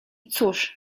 cóż